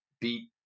beat